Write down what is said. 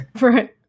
Right